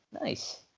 nice